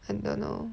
I don't know